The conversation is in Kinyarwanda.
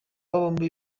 bombi